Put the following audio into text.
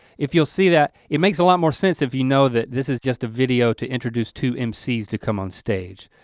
if you'll see that it makes a lot more sense if you know that this is just a video to introduce two um mcs to come on stage.